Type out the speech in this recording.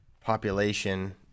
population